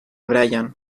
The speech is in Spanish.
brian